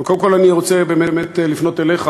אבל קודם כול אני רוצה באמת לפנות אליך,